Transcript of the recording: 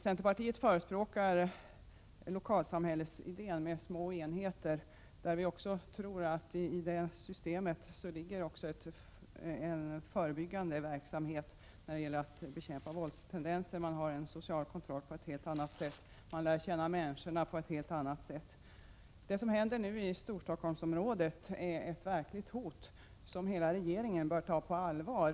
Centern förespråkar idén om lokalsamhällen med små enheter. Vi tror att det 41 systemet också verkar förebyggande när det gäller att bekämpa våldstendenser; man har där en helt annan social kontroll, och människor lär känna varandra på ett helt annat sätt. Det som nu händer i Storstockholmsområdet är ett verkligt hot, som hela regeringen bör ta på allvar.